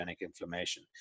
inflammation